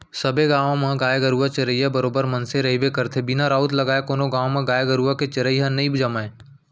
सबे गाँव म गाय गरुवा चरइया बरोबर मनसे रहिबे करथे बिना राउत लगाय कोनो गाँव म गाय गरुवा के चरई ह नई जमय